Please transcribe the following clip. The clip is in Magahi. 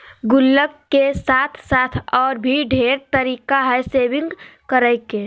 गुल्लक के साथ साथ और भी ढेर तरीका हइ सेविंग्स करे के